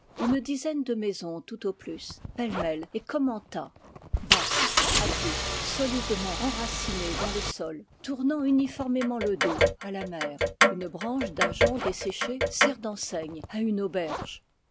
une dizaine de maisons tout au plus pêle-mêle et comme en tas basses trapues solidement enracinées dans le sol tournant uniformément le dos à la mer une branche d'ajonc desséché sert d'enseigne à une auberge